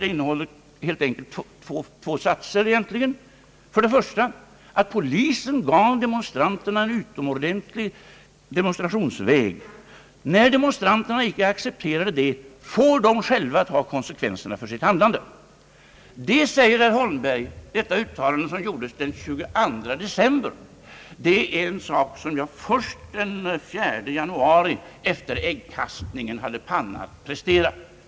Det innehåller två satser, den första att polisen gav demonstranterna anvisning om en utmärkt demonstrationsväg. När demonstranterna inte accepterade det, får de själva ta konsekvenserna av sin handling. Detta uttalande, som gjordes den 21 december, påstår herr Holmberg att jag först den 4 januari efter äggkastningen hade panna att prestera.